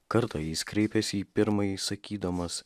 kartą jis kreipėsi į pirmąjį sakydamas